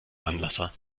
anlasser